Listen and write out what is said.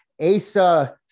Asa